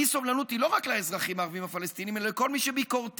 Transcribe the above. האי-סובלנות היא לא רק לאזרחים הערבים הפלסטינים אלא לכל מי שביקורתי,